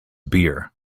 beer